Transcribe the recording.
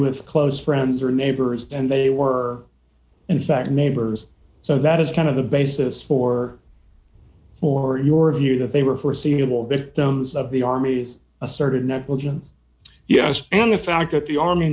with close friends or neighbors and they were in fact neighbors so that is kind of the basis for for your view that they were foreseeable victims of the army's asserted negligence yes and the fact that the army